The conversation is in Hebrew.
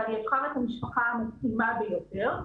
ואני אבחר את המשפחה המתאימה ביותר.